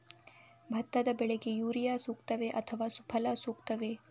ಭತ್ತದ ಬೆಳೆಗೆ ಯೂರಿಯಾ ಸೂಕ್ತವೇ ಅಥವಾ ಸುಫಲ ಸೂಕ್ತವೇ?